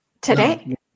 today